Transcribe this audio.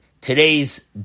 today's